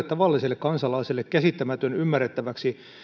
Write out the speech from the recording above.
tavalliselle kansalaiselle käsittämätön ymmärrettäväksi